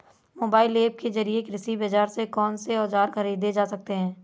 Mobile app के जरिए कृषि बाजार से कौन से औजार ख़रीदे जा सकते हैं?